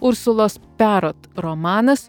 ursulos perot romanas